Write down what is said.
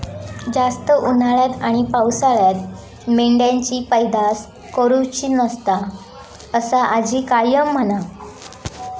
जास्त उन्हाळ्यात आणि पावसाळ्यात मेंढ्यांची पैदास करुची नसता, असा आजी कायम म्हणा